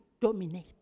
dominate